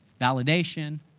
validation